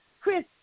Chris